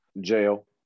Jail